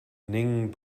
ning